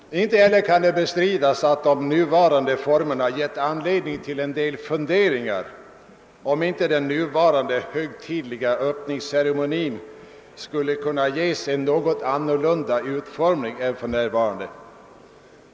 Inte heller kan det bestridas att de nuvarande formerna har givit anledning till en del funderingar om inte den nuvarande högtidliga öppningsceremonin skulle kunna ges en något annorlunda utformning än för närvarande.